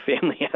family